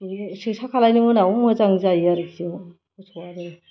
सिकिट्सा खालामनायनि उनाव मोजां जायो आरोखि मोसौआबो